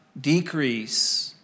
decrease